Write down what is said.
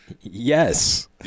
Yes